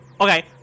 Okay